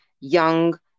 young